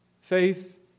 Faith